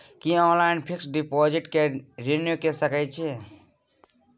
की online fix deposit के renew के सकै छी?